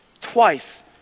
twice